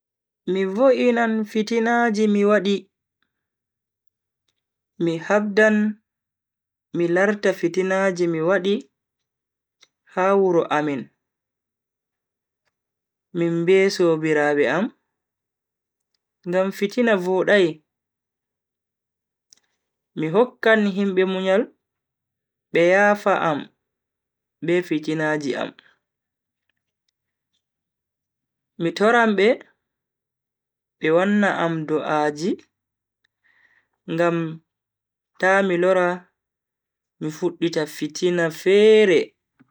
Mi vo'inan fitinaaji mi wadi. mi habdan mi larta fitinaji mi wadi ha wuro amin min be sobiraabe am ngam fitina vodai. Mi hokkan himbe munyal be yafa am be fitinaji am, mi toran be, be wanna am du'aji ngam ta mi lora mi fuddita fitina fere.